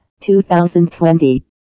2020